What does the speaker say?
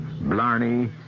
Blarney